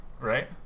right